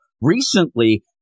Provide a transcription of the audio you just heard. recently